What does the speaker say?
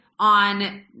on